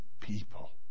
people